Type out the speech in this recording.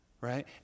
right